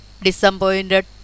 Disappointed